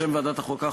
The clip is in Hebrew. בשם ועדת החוקה,